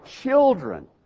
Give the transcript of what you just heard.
children